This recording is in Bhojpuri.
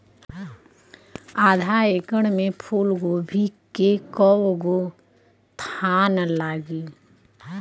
आधा एकड़ में फूलगोभी के कव गो थान लागी?